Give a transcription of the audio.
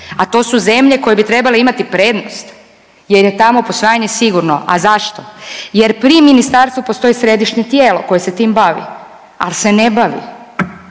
a to su zemlje koje bi trebale imati prednost jer je tamo posvajanje sigurno. A zašto? Jer pri ministarstvu postoji središnje tijelo koje se tim bavi. Al se ne bavi,